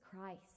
Christ